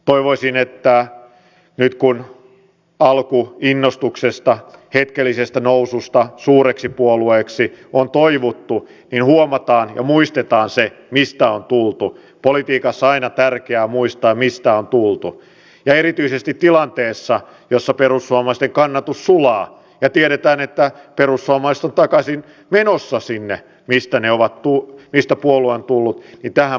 toivoisin että nyt kun alkuinnostuksesta hetkellisestä noususta suureksi puolueeksi on toivuttu huomataan ja muistetaan se mistä on tultu politiikassa on aina tärkeää muistaa mistä on tultu ja erityisesti tilanteessa jossa perussuomalaisten kannatus sulaa ja tiedetään että perussuomalaiset on takaisin menossa sinne mistä puolue on tullut ja tähän puututtaisiin